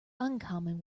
uncommon